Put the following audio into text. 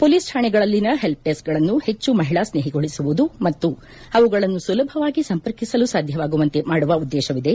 police ಕಾಣೆಗಳಲ್ಲಿನ help ಡೆಸ್ಕೆಗಳನ್ನು ಹೆಚ್ಚು ಮಹಿಳಾ ಸ್ನೇಹಿಗೊಳಿಸುವುದು ಮತ್ತು ಅವುಗಳನ್ನು ಸುಲಭವಾಗಿ ಸಂಪರ್ಕಿಸಲು ಸಾಧ್ಯವಾಗುವಂತೆ ಮಾಡುವ ಉದ್ದೇಶವಿದೆ